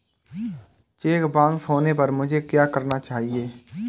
Check bounce होने पर मुझे क्या करना चाहिए?